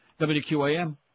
WQAM